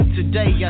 Today